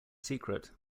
secret